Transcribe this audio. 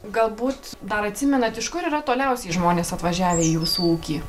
galbūt dar atsimenat iš kur yra toliausiai žmonės atvažiavę į jūsų ūkį